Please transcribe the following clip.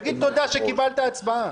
תגיד תודה שקיבלת הצבעה.